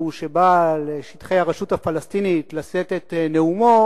שבא לשטחי הרשות הפלסטינית לשאת את נאומו.